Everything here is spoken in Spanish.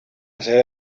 sede